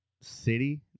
City